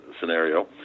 scenario